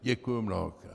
Děkuji mnohokrát.